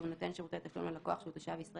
ישראל כשהוא נותן שירותי תשלום ללקוח שהוא תושב ישראל,